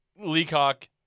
Leacock